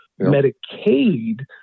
Medicaid